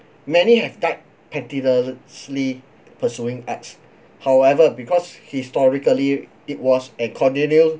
many have died pennilessly pursuing arts however because historically it was a continual